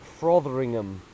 Frotheringham